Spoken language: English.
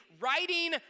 writing